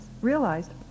realized